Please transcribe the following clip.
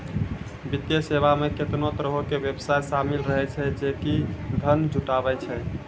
वित्तीय सेवा मे केतना तरहो के व्यवसाय शामिल रहै छै जे कि धन जुटाबै छै